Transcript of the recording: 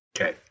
Okay